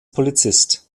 polizist